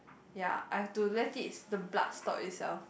ya I have to let it the blood stop itself